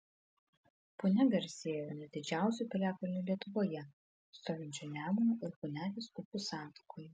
punia garsėja vienu didžiausių piliakalnių lietuvoje stovinčiu nemuno ir punelės upių santakoje